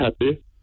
happy